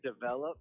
develop